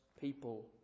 people